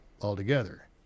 altogether